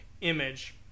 image